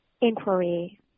inquiry